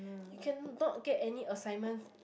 you can not get any assignments